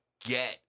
get